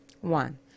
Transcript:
One